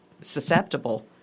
susceptible